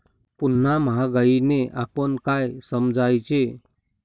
पुन्हा महागाईने आपण काय समजायचे?